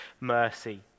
mercy